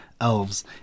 elves